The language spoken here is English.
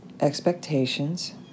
expectations